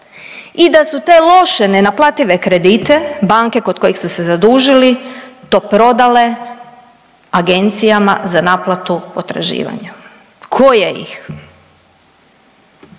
i da su te loše nenaplative kredite banke kod kojih su se zadužili to prodale agencijama za naplatu potraživanja koje ih